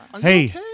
Hey